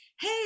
Hey